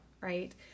right